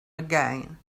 again